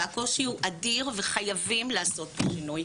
והקושי הוא אדיר וחייבים לעשות שינוי,